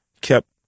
kept